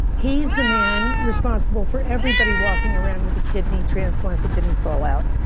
he's the man responsible for everybody walking around with a kidney transplant that didn't fall out.